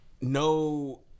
no